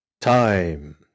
Time